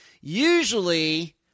Usually